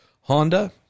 Honda